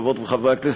חברות וחברי הכנסת,